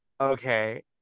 okay